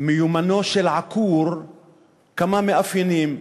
מיומנו של עקור כמה מאפיינים.